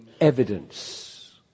evidence